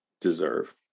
deserve